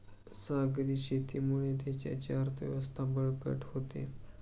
सागरी शेतीमुळे देशाची अर्थव्यवस्था बळकट होते